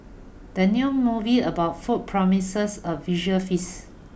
the new movie about food promises a visual feast